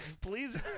Please